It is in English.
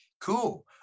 Cool